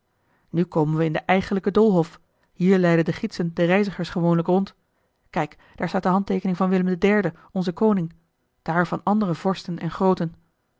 nu komen we in den eigenlijken doolhof hier leiden de gidsen de reizigers gewoonlijk rond kijk daar staat de handteekening van willem iii onzen koning daar van andere vorsten en grooten